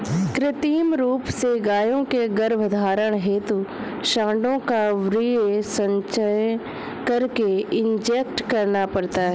कृत्रिम रूप से गायों के गर्भधारण हेतु साँडों का वीर्य संचय करके इंजेक्ट करना पड़ता है